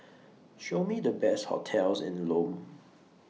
Show Me The Best hotels in Lome